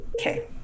okay